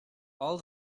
all